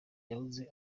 yahoze